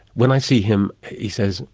when i see him, he says,